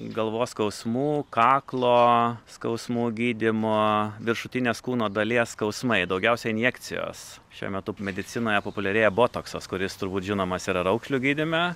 galvos skausmu kaklo skausmu gydymo viršutinės kūno dalies skausmai daugiausiai injekcijos šiuo metu medicinoje populiarėja botoksas kuris turbūt žinomas yra raukšlių gydyme